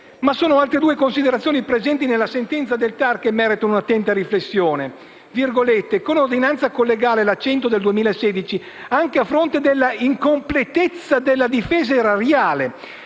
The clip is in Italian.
Ma sono altre due considerazioni presenti nella sentenza del TAR che meritano un'attenta riflessione: «Con ordinanza collegiale n. 100 del 2016, anche a fronte della incompletezza della difesa erariale